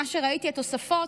ממה שראיתי בתוספות,